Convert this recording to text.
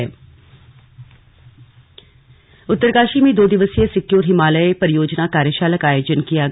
slug secure Himalaya Uttarkashi में दो दिवसीय सिक्योर हिमालय परियोजना कार्यशाला का आयोजन किया गया